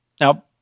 Now